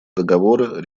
договора